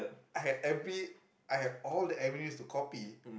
I had every I have all the to copy